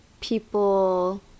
people